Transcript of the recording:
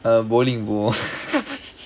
uh bowling